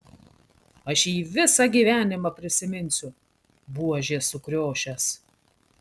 aš jį visą gyvenimą prisiminsiu buožė sukriošęs